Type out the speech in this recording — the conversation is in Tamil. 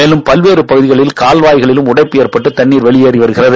மேலும் பல்வேறு பகுதிகளில் கால்வாய்களில் உடைப்பு ஏற்பட்டு தண்ணீர் வெளியேறி வருகிறது